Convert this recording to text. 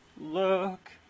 Look